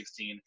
2016